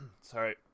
sorry